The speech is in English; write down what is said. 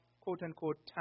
quote-unquote